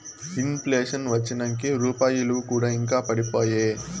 in ప్లేషన్ వచ్చినంకే రూపాయి ఇలువ కూడా ఇంకా పడిపాయే